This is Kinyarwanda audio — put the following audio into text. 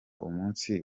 umunsi